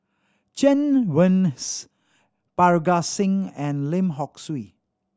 Chen Wen Hsi Parga Singh and Lim Hock Siew